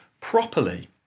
properly